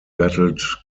battled